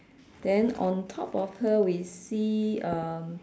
then on top of her we see um